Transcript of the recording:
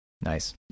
Nice